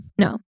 No